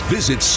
Visit